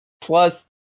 plus